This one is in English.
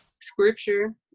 scripture